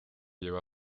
lleva